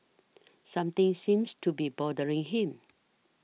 something seems to be bothering him